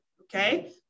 okay